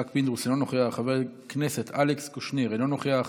חבר הכנסת יצחק פינדרוס, אינו נוכח,